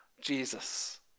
Jesus